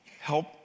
Help